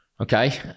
Okay